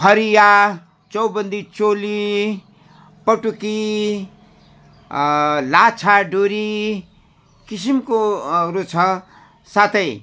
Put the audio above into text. फरिया चौबन्दी चोली पटुकी लाछा डोरी किसिमको हरू छ साथै